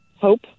hope